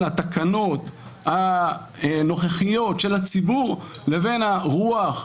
התקנות הנוכחיות של הציבור לבין הרוח,